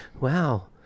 wow